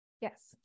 Yes